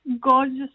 gorgeous